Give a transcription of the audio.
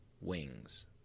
wings